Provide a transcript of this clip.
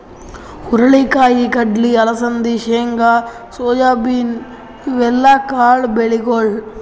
ಹುರಳಿ ಕಾಯಿ, ಕಡ್ಲಿ, ಅಲಸಂದಿ, ಶೇಂಗಾ, ಸೋಯಾಬೀನ್ ಇವೆಲ್ಲ ಕಾಳ್ ಬೆಳಿಗೊಳ್